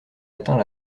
atteint